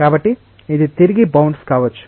కాబట్టి ఇది తిరిగి బౌన్స్ కావచ్చు